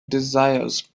desires